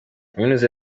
kaminuza